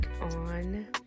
on